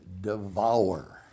devour